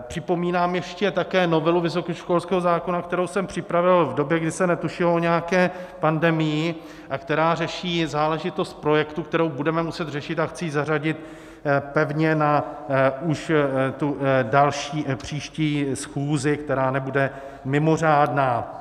Připomínám ještě také novelu vysokoškolského zákona, kterou jsem připravil v době, kdy se netušilo o nějaké pandemii, a která řeší záležitost projektů, které budeme muset řešit, a chci ji zařadit pevně na už tu další, příští schůzi, která nebude mimořádná.